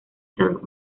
estados